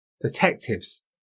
Detectives